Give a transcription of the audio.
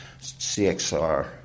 CXR